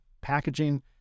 packaging